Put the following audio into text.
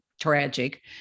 tragic